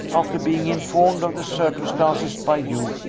after being informed of the circumstances by you,